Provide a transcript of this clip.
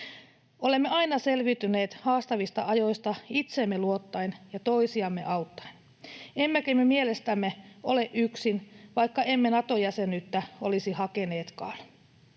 Olemme aina selviytyneet haastavista ajoista itseemme luottaen ja toisiamme auttaen, emmekä me mielestämme ole yksin, vaikka emme Nato-jäsenyyttä olisi hakeneetkaan.